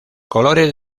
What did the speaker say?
colores